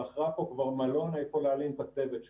ובחרה פה כבר מלון איפה להלין את הצוות שלה.